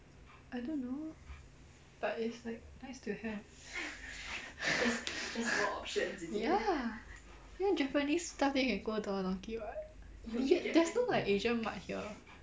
I don't know but it's like nice to have ya you want japanese stuff then can go don don donki what] there's no like asian mart here